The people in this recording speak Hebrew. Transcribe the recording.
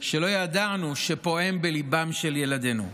שלא ידענו שפועמים בליבם של ילדינו.